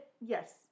Yes